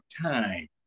time